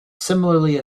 similarly